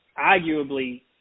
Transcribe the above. arguably